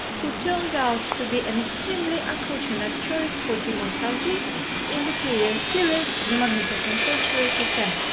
who turned out to be an extremely unfortunate choice for timur savci in the previous series the magnificent century. kesem.